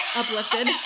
uplifted